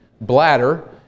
bladder